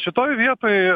šitoj vietoj